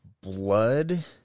blood